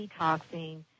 detoxing